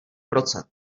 procent